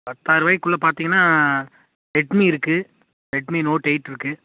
பத்தாயிரருவாக்குள்ள பார்த்தீங்கன்னா ரெட்மி இருக்குது Redmi Note எயிட்டிருக்குது